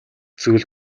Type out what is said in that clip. зүйл